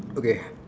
okay